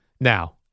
Now